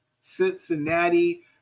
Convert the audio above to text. Cincinnati